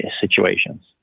situations